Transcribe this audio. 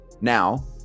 Now